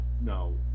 no